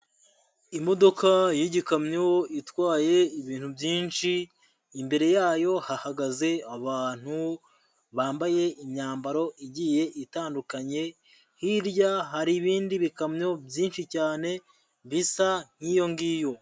Imodoka y'igikamyo itwaye ibintu byinshi, imbere yayo hahagaze abantu bambaye imyambaro igiye itandukanye, hirya hari ibindi bikamyo byinshi cyane bisa nk'iyo ngiyo.